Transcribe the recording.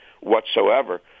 whatsoever